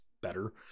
better